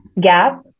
gap